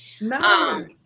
No